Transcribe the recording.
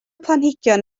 planhigion